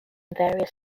various